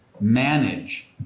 manage